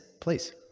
please